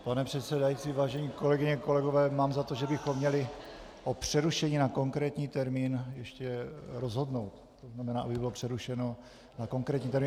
Pane předsedající, vážené kolegyně, kolegové, mám za to, že bychom měli o přerušení na konkrétní termín ještě rozhodnout, to znamená, aby bylo přerušeno na konkrétní termín.